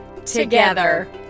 together